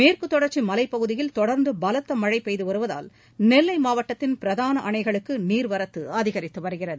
மேற்குத் தொடர்ச்சி மலைப் பகுதியில் தொடர்ந்து பலத்த மழை பெய்துவருவதால் நெல்லை மாவட்டத்தின் பிரதான அணைகளுக்கு நீர்வரத்து அதிகரித்து வருகிறது